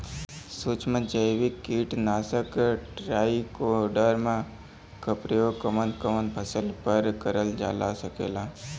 सुक्ष्म जैविक कीट नाशक ट्राइकोडर्मा क प्रयोग कवन कवन फसल पर करल जा सकेला?